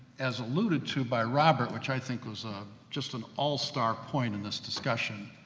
as alluded to by robert, which i think, was just an all-star point in this discussion.